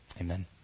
Amen